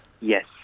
Yes